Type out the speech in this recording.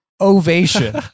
ovation